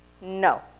no